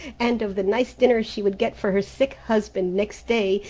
and of the nice dinner she would get for her sick husband next day,